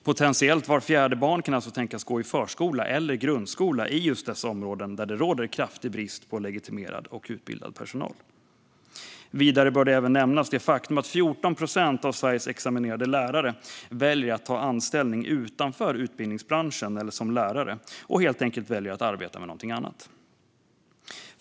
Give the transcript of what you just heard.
Potentiellt kan alltså vart fjärde barn tänkas gå i förskola eller grundskola i just de områden där det råder kraftig brist på legitimerad och utbildad personal. Vidare bör även nämnas det faktum att 14 procent av Sveriges examinerade lärare väljer att ta anställning utanför utbildningsbranschen eller som lärare och helt enkelt väljer att arbeta med något annat.